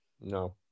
No